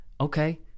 Okay